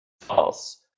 false